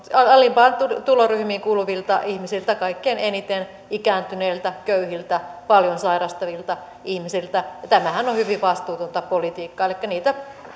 alimpiin tuloryhmiin kuuluvilta ihmisiltä kaikkein eniten ikääntyneiltä köyhiltä paljon sairastavilta ihmisiltä ja tämähän on hyvin vastuutonta politiikkaa elikkä niitä